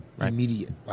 immediate